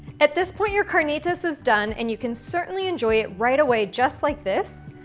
at this point, your carnitas is done and you can certainly enjoy it right away just like this.